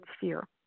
fear